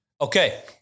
Okay